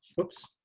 whoops.